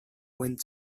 wind